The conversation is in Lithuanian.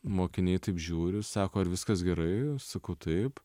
mokiniai taip žiūriu sako ar viskas gerai sakau taip